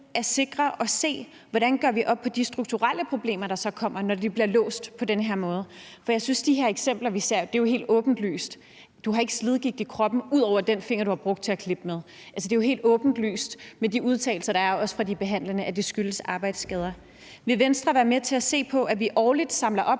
at sikre det og se på, hvordan vi gør op med de strukturelle problemer, der så kommer, når de bliver låst på den her måde? For jeg synes, at i de her eksempler, vi ser, er det jo helt åbenlyst. Du har ikke slidgigt i kroppen ud over i den finger, du har brugt til at klippe med. Altså, det er jo helt åbenlyst med de udtalelser, der er, også fra de behandlende, at det skyldes arbejdsskader. Vil Venstre være med til at se på, at vi årligt samler op